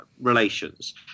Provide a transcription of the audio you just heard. relations